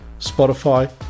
Spotify